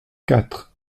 quatre